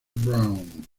brown